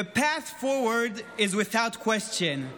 The path forward is without question.